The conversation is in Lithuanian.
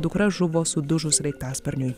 dukra žuvo sudužus sraigtasparniui